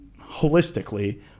holistically